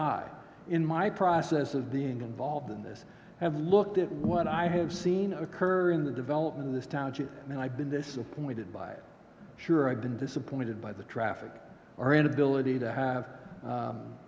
i in my process of being involved in this have looked at what i have seen occur in the development of this township and i've been this appointed by sure i've been disappointed by the traffic our inability to have